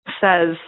says